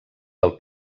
del